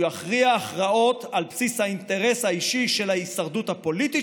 שהוא יכריע הכרעות על בסיס האינטרס האישי של ההישרדות הפוליטית